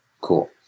Cool